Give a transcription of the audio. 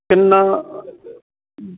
ਕਿੰਨਾ